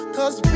Cause